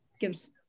gives